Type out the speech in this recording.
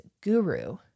guru